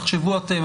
תחשבו אתם.